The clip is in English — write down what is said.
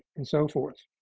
and so forth.